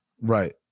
right